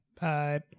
bye